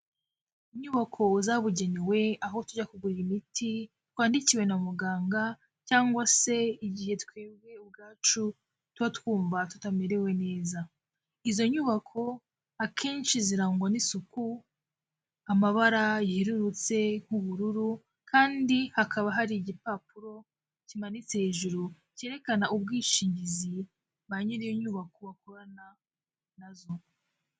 Inyubako zabugenewe aho tujya kugura imiti twandikiwe na muganga cyangwa se igihe twebwe ubwacu tuba twumva tutamerewe neza. Izo nyubako akenshi zirangwa n'isuku, amabara yerurutse nk'ubururu kandi hakaba hari igipapuro kimanitse hejuru, kerekana ubwishingizi ba nyir'iyo nyubako bakorana na zo.